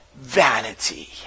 vanity